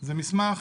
זה מסמך